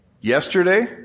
Yesterday